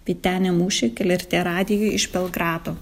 vytenė mūščik lrt radijuj iš belgrado